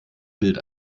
bild